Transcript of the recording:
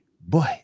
boy